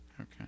Okay